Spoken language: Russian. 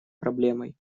проблемой